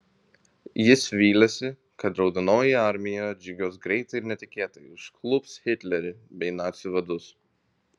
jis vylėsi kad raudonoji armija atžygiuos greitai ir netikėtai užklups hitlerį bei nacių vadus